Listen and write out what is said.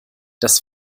das